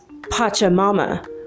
Pachamama